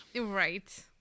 Right